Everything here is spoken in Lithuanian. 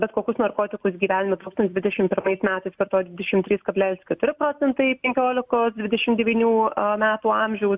bet kokius narkotikus gyvenime tūkstantis dvidešim pirmais metais vartojo dvidešim trys kablelis keturi procentai penkiolikos dvidešim devynių metų amžiaus